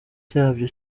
cyabyo